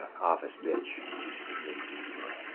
office bitch you'll get used to her